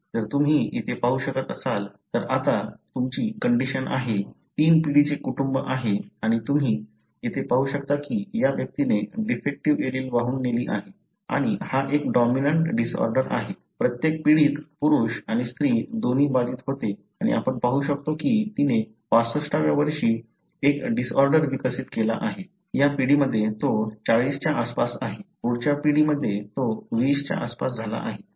जर तुम्ही इथे पाहू शकत असाल तर आता तुमची कंडिशन आहे तीन पिढीचे कुटुंब आहे आणि तुम्ही इथे पाहू शकता की या व्यक्तीने डिफेक्टीव्ह एलील वाहून नेली आहे आणि हा एक डॉमिनंट डिसऑर्डर आहे प्रत्येक पिढीत पुरुष आणि स्त्री दोन्ही बाधित होते आणि आपण पाहू शकतो की तिने 65 व्या वर्षी एक डिसऑर्डर विकसित केला आहे या पिढीमध्ये तो 40 च्या आसपास आहे पुढच्या पिढीमध्ये तो 20 च्या आसपास झाला आहे